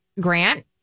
Grant